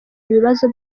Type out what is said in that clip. ibibazo